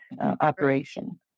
operation